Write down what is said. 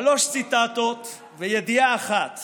שלוש ציטטות וידיעה אחת